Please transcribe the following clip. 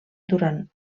durant